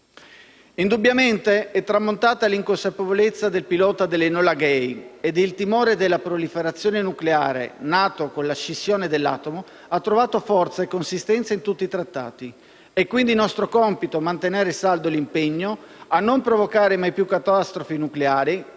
Indubbiamente, è tramontata l'inconsapevolezza del pilota dell'Enola Gay e il timore della proliferazione nucleare, nata con la scissione dell'atomo, ha trovato forza e consistenza in tutti i trattati. È quindi nostro compito mantenere saldo l'impegno a non provocare mai più catastrofi nucleari,